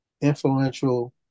influential